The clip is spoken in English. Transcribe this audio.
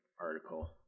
article